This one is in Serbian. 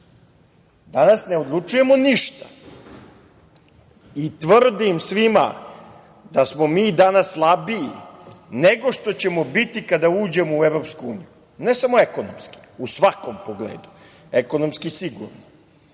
ne odlučujemo ništa i tvrdim svima da smo mi danas slabiji nego što ćemo biti kada uđemo u EU, ne samo ekonomski, u svakom pogledu, ekonomski sigurno,